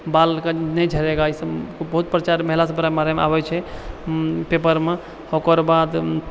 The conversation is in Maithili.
बाल नहीं झड़ेगा बहुत प्रचार महिला सबके बारेमे अबै छै पेपरमे ओकर बाद